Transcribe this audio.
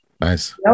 Nice